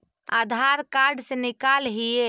आधार card से निकाल हिऐ?